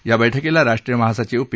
या बैठकीला राष्ट्रीय महासचिव पी